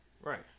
right